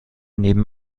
nehmen